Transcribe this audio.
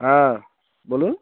হ্যাঁ বলুন